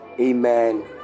Amen